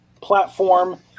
platform